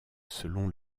selon